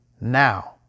Now